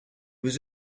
was